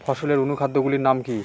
ফসলের অনুখাদ্য গুলির নাম কি?